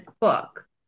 book